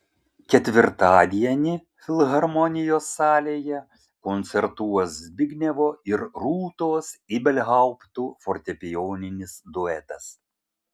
ketvirtadienį filharmonijos salėje koncertuos zbignevo ir rūtos ibelhauptų fortepijoninis duetas